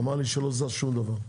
אמר לי שלא זז שום דבר.